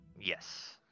Yes